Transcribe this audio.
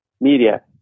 media